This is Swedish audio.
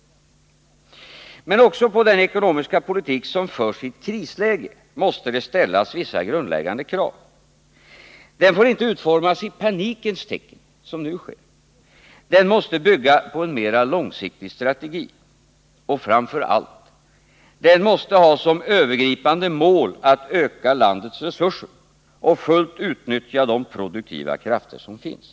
Men också på den ekonomiska politik som förs i ett krisläge måste det ställas vissa grundläggande krav. Den får inte utformas i panikens tecken, som nu sker. Den måste bygga på en mera långsiktig strategi. Och framför allt — den måste ha som övergripande mål att öka landets resurser och fullt utnyttja de produktiva krafter som finns.